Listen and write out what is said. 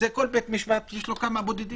לכל בית משפט יש כמה בודדים.